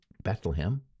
Bethlehem